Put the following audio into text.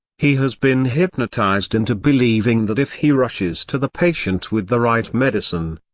he has been hypnotized into believing that if he rushes to the patient with the right medicine,